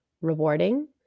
rewarding